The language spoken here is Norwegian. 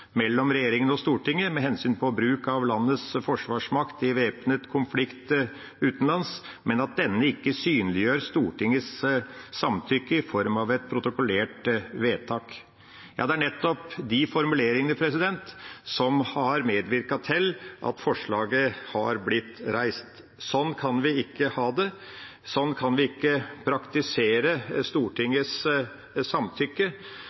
mellom regjeringa og Stortinget med hensyn til bruk av landets forsvarsmakt i væpnet konflikt utenlands, men at denne ikke synliggjør Stortingets samtykke i form av et protokollert vedtak. Ja, det er nettopp de formuleringene som har medvirket til at forslaget har blitt reist. Sånn kan vi ikke ha det. Sånn kan vi ikke praktisere Stortingets samtykke.